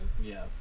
Yes